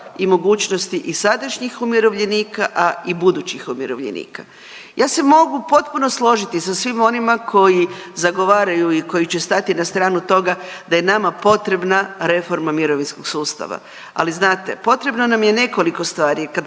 i mogućnosti i sadašnjih umirovljenika, a i budućih umirovljenika. Ja se mogu potpuno složiti sa svim onima koji zagovaraju i koji će stati na stranu toga da je nama potrebna reforma mirovinskog sustava. Ali znate, potrebna nam je nekoliko stvari.